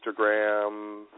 Instagram